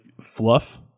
fluff